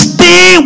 Stay